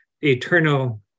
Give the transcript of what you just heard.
eternal